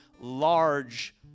large